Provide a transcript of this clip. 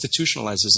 institutionalizes